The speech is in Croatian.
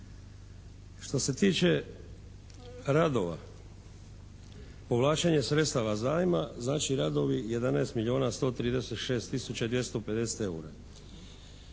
Što se tiče radova povlačenje sredstava zajma znači radovi 11 milijuna